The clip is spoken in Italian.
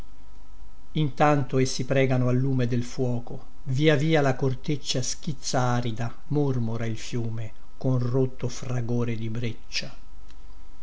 in tanto essi pregano al lume del fuoco via via la corteccia schizza arida mormora il fiume con rotto fragore di breccia